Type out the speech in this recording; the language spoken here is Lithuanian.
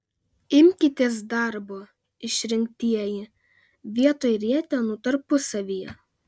imkitės darbo išrinktieji vietoj rietenų tarpusavyje